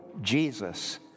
Jesus